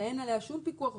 שאין עליה שום פיקוח,